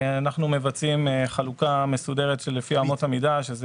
אנחנו מבצעים חלוקה מסודרת לפי אמות המידה,